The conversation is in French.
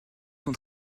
sont